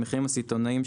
המחירים הסיטונאיים,